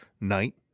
night